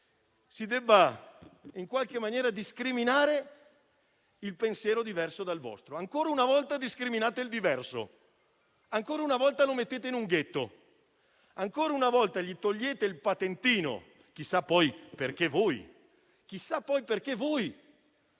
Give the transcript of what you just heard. si debba, in qualche maniera, discriminare il pensiero diverso dal vostro. Ancora una volta, discriminate il diverso; ancora una volta, lo chiudete in un ghetto; ancora una volta, gli togliete il patentino. Chissà, poi, perché voi. Chissà, poi, perché voi